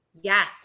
Yes